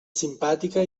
simpàtica